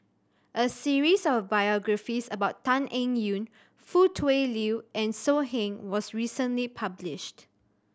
a series of biographies about Tan Eng Yoon Foo Tui Liew and So Heng was recently published